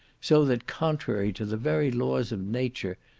so that, contrary to the very laws of nature,